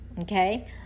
okay